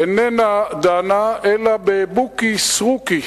איננה דנה אלא בבוקי סריקי,